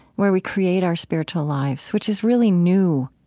where we create our spiritual lives, which is really new.